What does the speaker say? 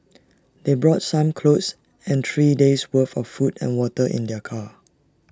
they brought some clothes and three days' worth of food and water in their car